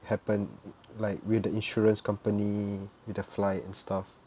happen like with the insurance company with the flight and stuff